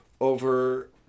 over